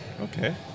Okay